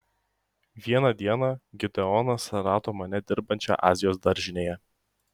vieną dieną gideonas rado mane dirbančią azijos daržinėje